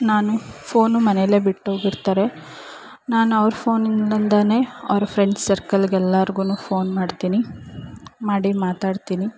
ನಾನು ಫೋನು ಮನೆಯಲ್ಲೇ ಬಿಟ್ಟೋಗಿರ್ತಾರೆ ನಾನು ಅವ್ರ ಫೋನಿಂದಂದಲೇ ಅವರ ಫ್ರೆಂಡ್ ಸರ್ಕಲ್ಲಿಗೆಲ್ಲಾರ್ಗೂ ಫೋನ್ ಮಾಡ್ತೀನಿ ಮಾಡಿ ಮಾತಾಡ್ತೀನಿ